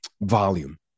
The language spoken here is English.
volume